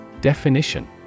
Definition